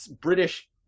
British